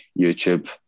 YouTube